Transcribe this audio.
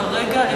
כרגע,